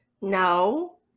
No